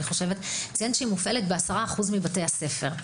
ציין שהיא מופעלת ב-10% מבתי הספר.